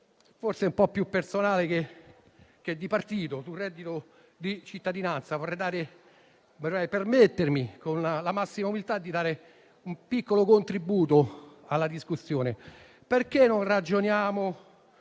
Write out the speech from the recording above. forse un po' più personale che di partito, sul reddito di cittadinanza. Vorrei permettermi con la massima umiltà di dare un piccolo contributo alla discussione. Perché non ragioniamo